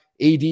AD